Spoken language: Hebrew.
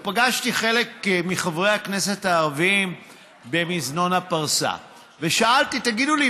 פגשתי חלק מחברי הכנסת הערבים במזנון הפרסה ושאלתי: תגידו לי,